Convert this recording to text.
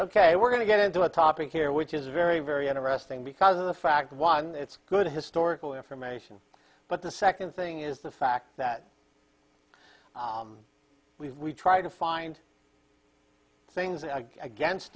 ok we're going to get into a topic here which is very very interesting because of the fact one it's good historical information but the second thing is the fact that we try to find things against